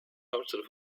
hauptstadt